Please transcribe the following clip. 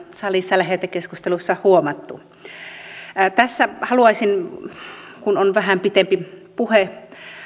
salissa lähetekeskustelussa ollaan jo huomattu tässä haluaisin kun on vähän pitempään puheeseen